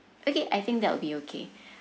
okay I think that will be okay